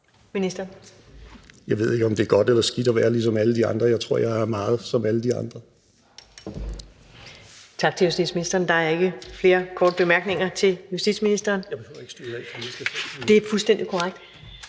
Jeg ved ikke, om det er godt eller skidt at være ligesom alle de andre. Jeg tror, jeg er meget som alle de andre.